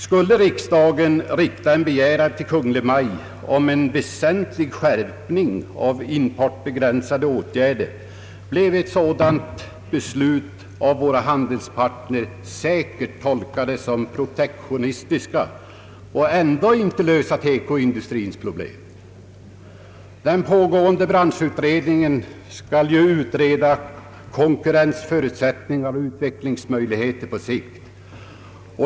Skulle riksdagen rikta en begäran till Kungl. Maj:t om en väsentlig skärpning av importbegränsande åtgärder skulle våra handelspartners säkert tolka ett sådant beslut som protektionistiskt, men det skulle ändå inte lösa TEKO-industrins problem. Den pågående branschutredningen skall utreda konkurrensförutsättningar och utvecklingsmöjligheter på sikt.